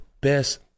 best